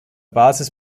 basis